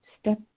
Step